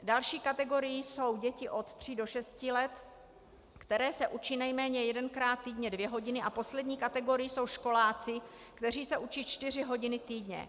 Další kategorií jsou děti od 3 do 6 let, které se učí nejméně jedenkrát týdně dvě hodiny, a poslední kategorií jsou školáci, kteří se učí čtyři hodiny týdně.